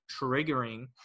triggering